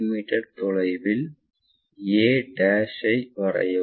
me தொலைவில் a ஐ வரையவும்